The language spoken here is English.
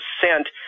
sent